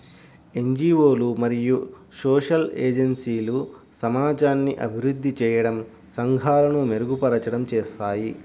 NGO మరియు social ఏజెన్సీలు సమాజాన్ని అభివృద్ధి చేయడం, సంఘాలను మెరుగుపరచడం చేస్తాయి